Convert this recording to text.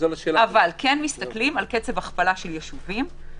אבל כן מסתכלים על קצב הכפלה של ישובים.